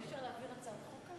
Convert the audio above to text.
לא נעים לי לומר לך,